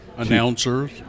Announcers